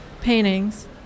paintings